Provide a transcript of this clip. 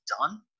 done